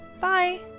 bye